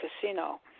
casino